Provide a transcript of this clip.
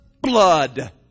blood